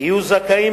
יהיו זכאים,